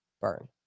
burn